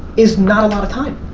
is not a lot of time.